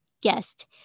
guest